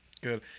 Good